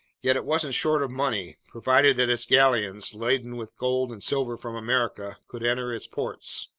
yet it wasn't short of money, provided that its galleons, laden with gold and silver from america, could enter its ports.